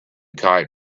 kite